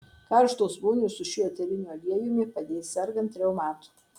karštos vonios su šiuo eteriniu aliejumi padės sergant reumatu